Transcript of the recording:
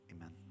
amen